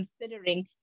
considering